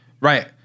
Right